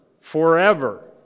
forever